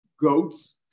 goats